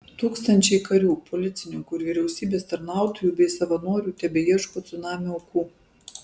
tūkstančiai karių policininkų ir vyriausybės tarnautojų bei savanorių tebeieško cunamio aukų